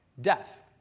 death